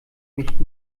mich